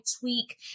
tweak